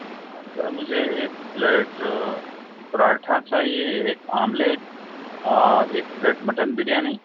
ہاں سر مجھے ایک پلیٹ پراٹھا چاہیے ایک آملیٹ اور ایک پلیٹ مٹن بریانی